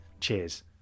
Cheers